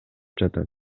жатат